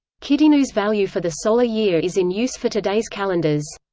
kiddinu's value for the solar year is in use for today's calendars.